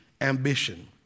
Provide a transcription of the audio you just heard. ambition